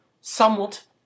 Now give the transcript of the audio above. somewhat